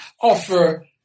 offer